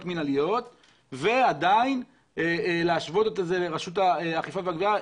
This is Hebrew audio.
מינהליות ועדיין להשוות את זה לרשות האכיפה והגבייה,